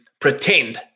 pretend